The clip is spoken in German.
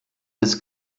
des